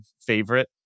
favorite